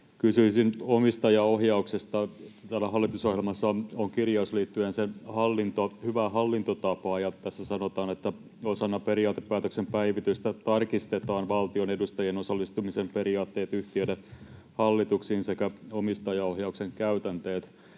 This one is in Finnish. Kysyisin omistajaohjauksesta. Täällä hallitusohjelmassa on kirjaus liittyen sen hyvään hallintotapaan. Tässä sanotaan, että osana periaatepäätöksen päivitystä tarkistetaan valtion edustajien osallistumisen periaatteet yhtiöiden hallituksiin sekä omistajaohjauksen käytänteet.